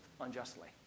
unjustly